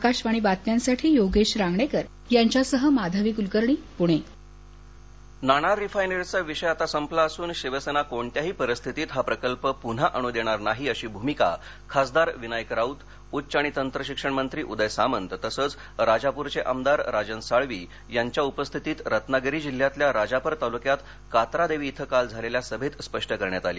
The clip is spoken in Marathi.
आकाशवाणी बातम्यासाठी योगेश रांगणेकर यांच्यासह माधवी कुलकर्णी प्णे नाणार रत्नागिरी नाणार रिफायनरीचा विषय आता संपला असून शिवसेना कोणत्याही परिस्थितीत हा प्रकल्प प्न्हा आणू देणार नाही अशी भूमिका खासदार विनायक राऊत उच्च आणि तंत्रशिक्षण मंत्री उद्य सामंत तसंच राजापुरचे आमदार राजन साळवी यांच्या उपस्थितीत रत्नागिरी जिल्ह्यातल्या राजापूर तालुक्यात कात्रादेवी इथं काल झालेल्या सभेत स्पष्ट करण्यात आली